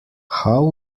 how